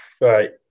Right